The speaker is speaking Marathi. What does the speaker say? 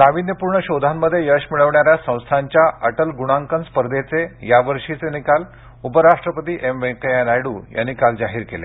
नाविन्यपूर्ण शोधांमध्ये यश मिळवणाऱ्या संस्थांच्या अटल गुणांकन स्पर्धेचे यावर्षीचे निकाल उपराष्ट्रपती एम व्यंकय्या नायडू यांनी काल जाहीर केले